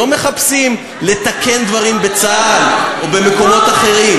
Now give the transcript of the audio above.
לא מחפשים לתקן דברים בצה"ל או במקומות אחרים.